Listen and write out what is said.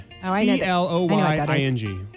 C-L-O-Y-I-N-G